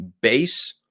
base